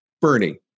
Bernie